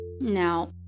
Now